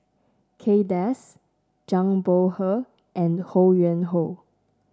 Kay Das Zhang Bohe and Ho Yuen Hoe